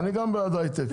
גם אני בעד ההיי-טק.